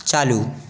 चालू